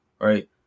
right